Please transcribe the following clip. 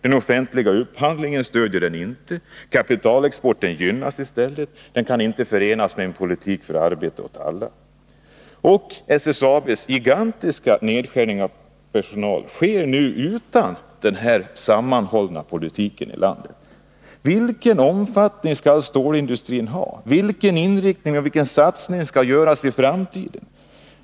Den offentliga upphandlingen stöds inte. Kapitalexporten gynnas i stället. Det kan inte förenas med en politik för arbete åt alla. SSAB:s gigantiska nedskärning av personal sker nu utan en sammanhållande politik i landet. Vilken omfattning skall stålindustrin ha? Vilken satsning skall göras och vilken inriktning skall man ha i framtiden?